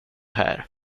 här